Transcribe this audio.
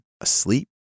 asleep